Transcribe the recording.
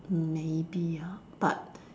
maybe ah but